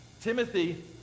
Timothy